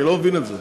אני לא מבין את זה.